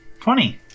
twenty